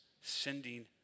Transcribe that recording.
sending